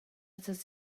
atat